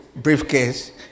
briefcase